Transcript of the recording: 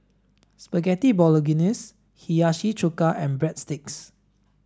Spaghetti Bolognese Hiyashi chuka and Breadsticks